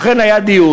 אכן היה דיון.